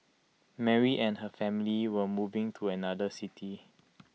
Mary and her family were moving to another city